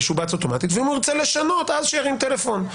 ואם ירצה לשנות אז שירים טלפון,